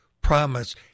promise